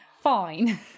Fine